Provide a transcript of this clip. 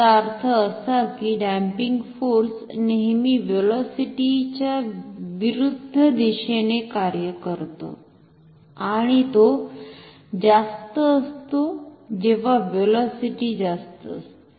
याचा अर्थ असा की डम्पिंग फोर्स नेहमी व्हेलॉसिटी च्या विरुद्ध दिशेने कार्य करतो आणि तो जास्त असतो जेव्हा व्हेलॉसिटी जास्त असते